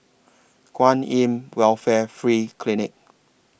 Kwan in Welfare Free Clinic